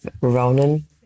Ronan